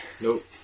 Nope